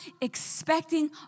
expecting